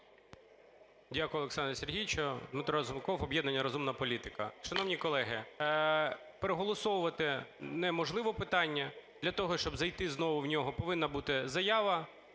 Дякую, Олександре Сергійовичу. Дмитро Разумков, об'єднання "Розумна політика". Шановні колеги, переголосовувати неможливо питання. Для того, щоб зайти знову в нього, повинна бути заява